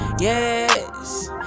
Yes